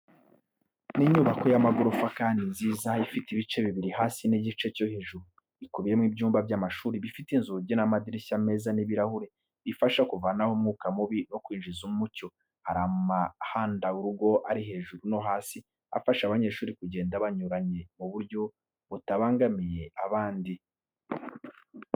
Ni inyubako y'amagorofa kandi nziza ifite ibice bibiri hasi n'igice cyo hejuru. Ikubiyemo ibyumba by’amashuri, bifite inzugi n’amadirishya meza n’ibirahuri, bifasha kuvanaho umwuka mubi no kwinjiza umucyo. Hari amahandarugo ari hejuru no hasi, afasha abanyeshuri kugenda banyuranye mu buryo butabangamiye abandi.